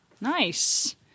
Nice